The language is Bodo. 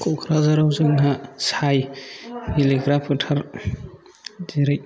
क'क्राझाराव जोंहा साइ गेलेग्रा फोथार जेरै